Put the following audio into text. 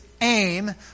aim